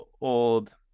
old